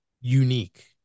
unique